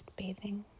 bathing